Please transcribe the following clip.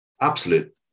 absolute